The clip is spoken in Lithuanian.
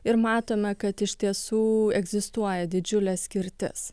ir matome kad iš tiesų egzistuoja didžiulė skirtis